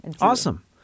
Awesome